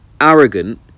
arrogant